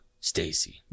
Stacy